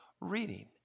reading